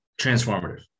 transformative